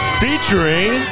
featuring